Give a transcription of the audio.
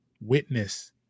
witness